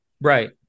Right